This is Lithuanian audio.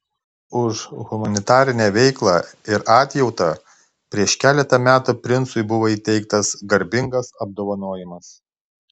už humanitarinę veiklą ir atjautą prieš keletą metų princui buvo įteiktas garbingas apdovanojimas